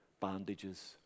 bandages